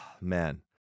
Man